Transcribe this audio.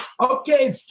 Okay